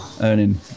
earning